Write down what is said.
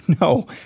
no